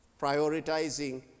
prioritizing